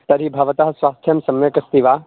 तर्हि भवतः स्वास्थ्यं सम्यक् अस्ति वा